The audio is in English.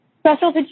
special